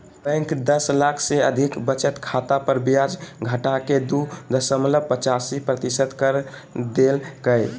bank दस लाख से अधिक बचत खाता पर ब्याज घटाके दू दशमलब पचासी प्रतिशत कर देल कय